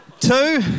Two